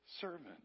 Servant